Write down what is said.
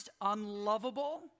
unlovable